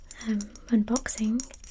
unboxing